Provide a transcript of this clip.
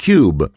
Cube